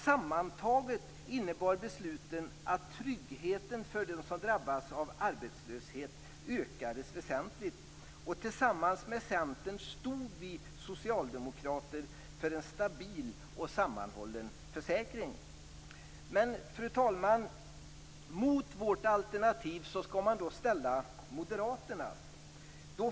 Sammantaget innebar besluten att tryggheten för den som drabbas av arbetslöshet ökade väsentligt. Tillsammans med Centern stod vi socialdemokrater för en stabil och sammanhållen försäkring. Fru talman! Mot vårt alternativ skall man ställa moderaternas.